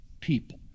people